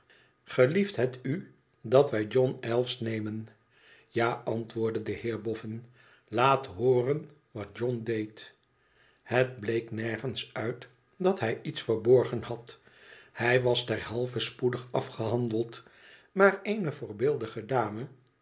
gelieft het u dat wij johnelwes nemen ja antwoordde de heer boffin laat hooren wat john deed het bleek nergens uit dat hij iets verborgen had hij was derhalve spoedig afgehandeld maar eene voorbeeldige dame